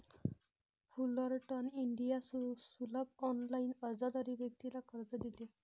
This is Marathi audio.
फुलरटन इंडिया सुलभ ऑनलाइन अर्जाद्वारे व्यक्तीला कर्ज देते